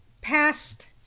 past